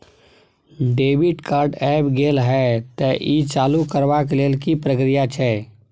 Debit card ऐब गेल हैं त ई चालू करबा के लेल की प्रक्रिया छै?